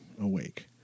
awake